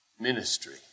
ministry